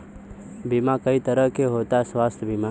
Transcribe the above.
बीमा कई तरह के होता स्वास्थ्य बीमा?